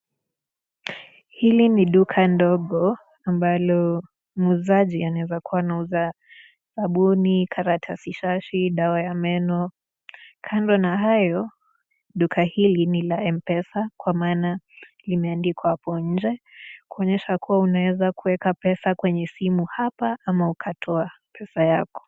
Hili ni duka ndogo ambalo muuzaji anawezakua anauza sabuni, karatasi shashi dawa ya meno. Kando na hayo, duka hili ni la Mpesa kwa maana limeandikwa hapo nje kuonyesha kuwa unaweza kuweka pesa kwenye simu hapa ama ukatoa pesa yako.